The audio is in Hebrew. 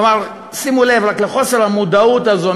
כלומר, שימו לב רק לחוסר המודעות הזה.